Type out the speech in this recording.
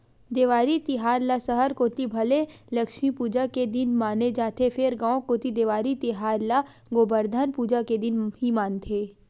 देवारी तिहार ल सहर कोती भले लक्छमी पूजा के दिन माने जाथे फेर गांव कोती देवारी तिहार ल गोबरधन पूजा के दिन ही मानथे